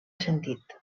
sentit